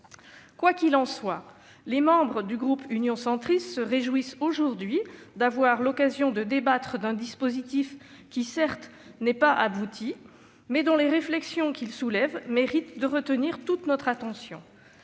Quoi qu'il en soit, les membres du groupe Union Centriste se réjouissent aujourd'hui d'avoir l'occasion de débattre d'un dispositif, qui, bien que non abouti, soulève des réflexions qui méritent de retenir toute notre attention.